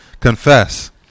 Confess